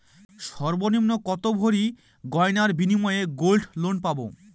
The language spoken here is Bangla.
সর্বনিম্ন কত ভরি গয়নার বিনিময়ে গোল্ড লোন পাব?